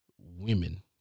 women